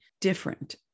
different